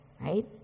right